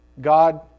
God